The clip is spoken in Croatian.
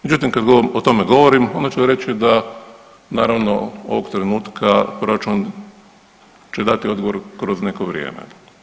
Međutim, kad o tome govorim odmah ću reći da naravno ovog trenutka proračun će dati odgovor kroz neko vrijeme.